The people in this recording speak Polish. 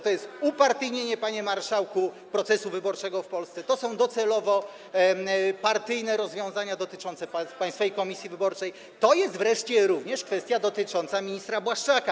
To jest upartyjnienie, panie marszałku, procesu wyborczego w Polsce, to są docelowo partyjne rozwiązania dotyczące Państwowej Komisji Wyborczej, to jest wreszcie również kwestia dotycząca ministra Błaszczaka.